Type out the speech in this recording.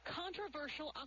controversial